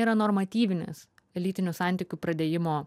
yra normatyvinis lytinių santykių pradėjimo